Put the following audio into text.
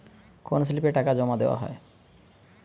কোন স্লিপে টাকা জমাদেওয়া হয়?